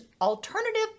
alternative